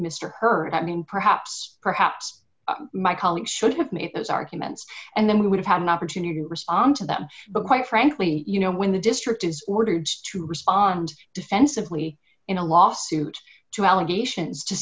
mister her i mean perhaps perhaps my colleagues should have made those arguments and then we would have had an opportunity to respond to that but quite frankly you know when the district is ordered to respond defensively in a lawsuit to allegations to